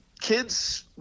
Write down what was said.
kids